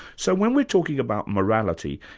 so, when we're talking about morality,